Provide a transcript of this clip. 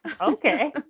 okay